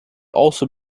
also